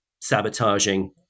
sabotaging